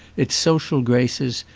its social graces,